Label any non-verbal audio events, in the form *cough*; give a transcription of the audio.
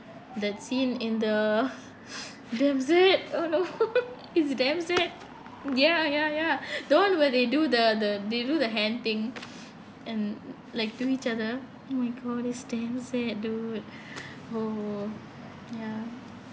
that scene in the *breath* that's it oh no *laughs* it's damn sad ya ya ya the one where they do the the they do the hand thing *breath* and like to each other oh my god it's damn sad dude oh ya